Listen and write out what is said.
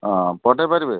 ହଁ ପଠେଇ ପାରିବେ